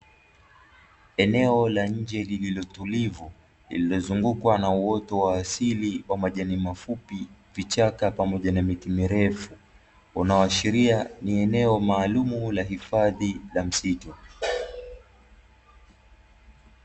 Eneo la nje lililo tulivu, lililozungukwa na uoto wa asili wa majani mafupi, vichaka, pamoja na miti mirefu, unaoashiria ni eneo maalumu la hifadhi la msitu.